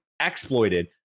exploited